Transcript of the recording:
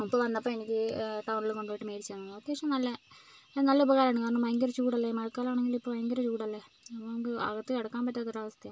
ഉപ്പ വന്നപ്പോൾ എനിക്ക് ടൗണിൽ കൊണ്ടുപോയിട്ട് മേടിച്ചു തന്നതാണ് അത്യാവശ്യം നല്ല നല്ല ഉപകാരമാണ് കാരണം ഭയങ്കര ചൂടല്ലേ മഴക്കാലമാണെങ്കിലും ഇപ്പോൾ ഭയങ്കര ചൂടല്ലേ അപ്പോൾ നമുക്ക് അകത്ത് കിടക്കാൻ പറ്റാത്തൊരവസ്ഥയാണ്